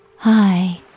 Hi